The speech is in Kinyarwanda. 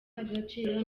agaciro